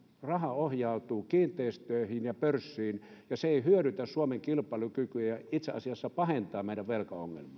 raha ohjautuu kiinteistöihin ja pörssiin ja se ei hyödytä suomen kilpailukykyä ja itse asiassa pahentaa meidän velkaongelmaa